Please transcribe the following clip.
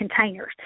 containers